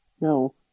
No